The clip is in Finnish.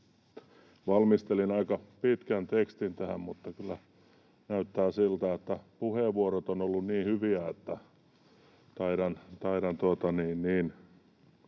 Valmistelin aika pitkän tekstin tähän, mutta kyllä näyttää siltä, että puheenvuorot ovat olleet niin hyviä, että taidan